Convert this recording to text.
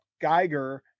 Geiger